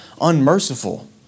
unmerciful